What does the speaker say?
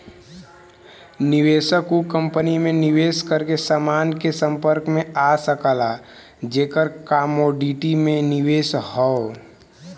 निवेशक उ कंपनी में निवेश करके समान के संपर्क में आ सकला जेकर कमोडिटी में निवेश हौ